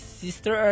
sister